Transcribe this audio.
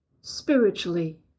spiritually